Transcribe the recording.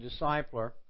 Discipler